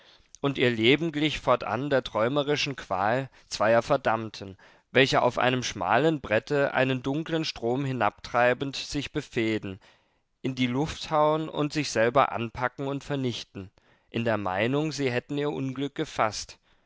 und ihr leben glich fortan der träumerischen qual zweier verdammten welche auf einem schmalen brette einen dunklen strom hinabtreibend sich befehden in die luft hauen und sich selber anpacken und vernichten in der meinung sie hätten ihr unglück gefaßt